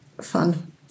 fun